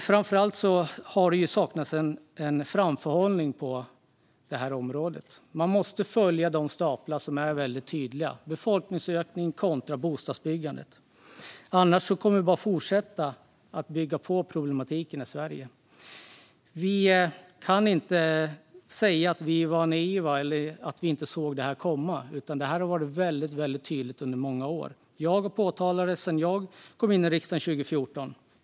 Framför allt har det saknats framförhållning på området. Man måste följa de staplar som är väldigt tydliga: befolkningsökning kontra bostadsbyggande. Annars kommer vi bara att fortsätta att bygga på problematiken i Sverige. Vi kan inte säga att vi var naiva eller att vi inte såg detta komma, utan det har varit tydligt under många år. Jag har påtalat det sedan jag kom in i riksdagen 2014.